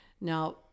Now